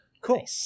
Cool